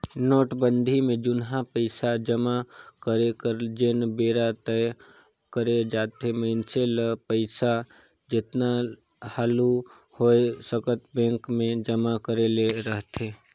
नोटबंदी में जुनहा पइसा जमा करे कर जेन बेरा तय करे जाथे मइनसे ल पइसा जेतना हालु होए सकर बेंक में जमा करे ले रहथे